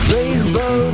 Rainbow